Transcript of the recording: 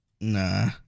Nah